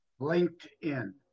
LinkedIn